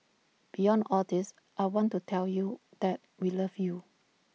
beyond all this I want to tell you that we love you